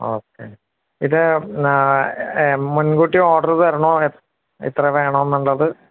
okay ഇത് മുൻകൂട്ടി order തരണമോ എത്ര വേണമെന്നുള്ളത്